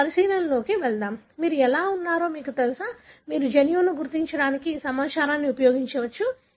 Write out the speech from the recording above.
మనము పరిశీలనలోకి వెళ్దాం మీరు ఎలా ఉన్నారో మీకు తెలుసా మీరు జన్యువును గుర్తించడానికి ఈ సమాచారాన్ని ఉపయోగించవచ్చు